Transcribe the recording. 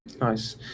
Nice